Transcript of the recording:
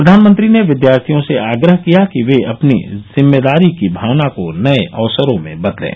प्रधानमंत्री ने विद्यार्थियों से आग्रह किया कि वे अपनी जिम्मेदारी की भावना को नये अवसरों में बदलें